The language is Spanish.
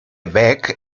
beck